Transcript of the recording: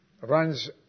runs